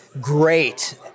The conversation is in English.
great